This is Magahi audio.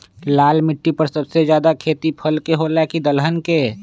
लाल मिट्टी पर सबसे ज्यादा खेती फल के होला की दलहन के?